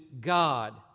God